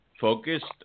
focused